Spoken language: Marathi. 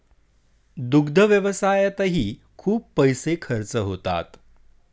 दुग्ध व्यवसायातही खूप पैसे खर्च होतात